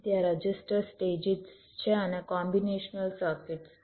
ત્યાં register stages છે અને કોમ્બિનેશનલ સર્કિટ્સ છે